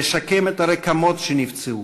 לשקם את הרקמות שנפצעו,